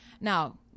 now